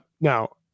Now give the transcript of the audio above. Now